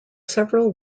several